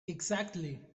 exactly